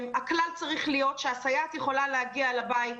שהכלל צריך להיות שהסייעת יכולה להגיע אל הבית,